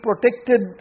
protected